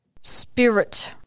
Spirit